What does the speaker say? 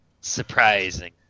Surprising